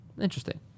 Interesting